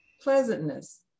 pleasantness